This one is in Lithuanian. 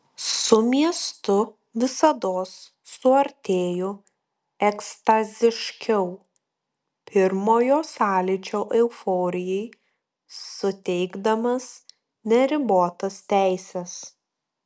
su miestu visados suartėju ekstaziškiau pirmojo sąlyčio euforijai suteikdamas neribotas teises